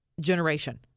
generation